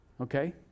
okay